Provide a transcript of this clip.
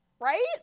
right